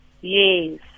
Yes